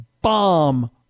bomb